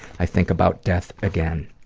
i think about death again.